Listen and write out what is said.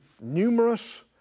numerous